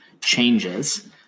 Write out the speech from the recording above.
changes